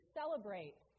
celebrate